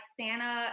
Santa